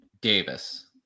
Davis